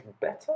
better